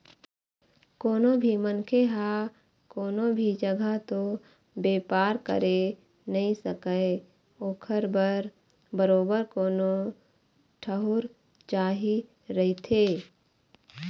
कोनो भी मनखे ह कोनो भी जघा तो बेपार करे नइ सकय ओखर बर बरोबर कोनो ठउर चाही रहिथे